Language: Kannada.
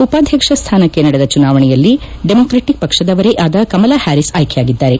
ಉಪಾಧ್ಯಕ್ಷ ಸ್ನಾನಕ್ಕೆ ನಡೆದ ಚುನಾವಣೆಯಲ್ಲಿ ಡೆಮಾಕ್ರೆಟಿಕ್ ಪಕ್ಷದವರೇ ಆದ ಕಮಲಾ ಹ್ನಾರೀಸ್ ಆಯ್ಲೆಯಾಗಿದ್ದಾರೆ